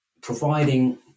providing